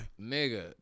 Nigga